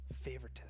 favoritism